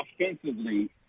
offensively